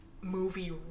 movie